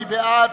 מי בעד?